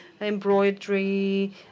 embroidery